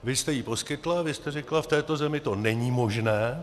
Vy jste ji poskytla, vy jste řekla: v této zemi to není možné.